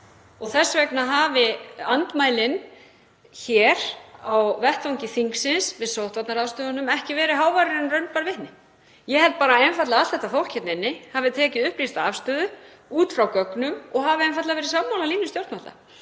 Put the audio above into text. Þess vegna hafi andmælin hér á vettvangi þingsins við sóttvarnaráðstöfunum ekki verið háværari en raun bar vitni. Ég held einfaldlega að allt þetta fólk hérna inni hafi tekið upplýsta afstöðu út frá gögnum og hafi einfaldlega verið sammála línu stjórnvalda.